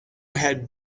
had